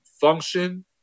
function